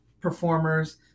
performers